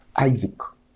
Isaac